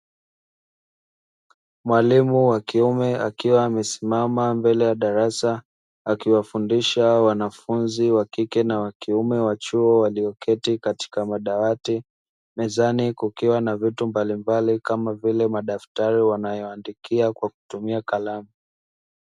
Mwalimu wa kiume akiwa amesimama mbele ya darasa akiwafundisha wanafunzi wakike na wakiume wa chuo walioketi katika madawati, mezani kukiwa na vitu mbalimbali kama vile madaftari wanayotumia kuandikia kwa kutumia kalamu.